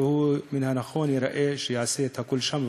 מן הנכון ייראה שייעשה הכול שם,